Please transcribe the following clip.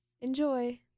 enjoy